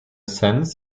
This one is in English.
sense